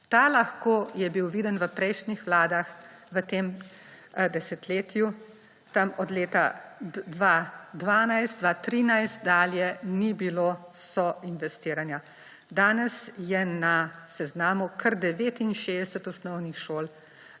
Ta »lahko« je bil viden v prejšnjih vladah v tem desetletju, tam od leta 2012–2013 dalje ni bilo soinvestiranja. Danes je na seznamu kar 69 osnovnih šol